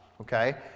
Okay